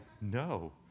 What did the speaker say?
no